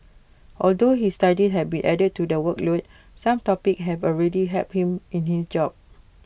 although his studies have be added to the workload some topics have already helped him in his job